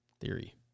theory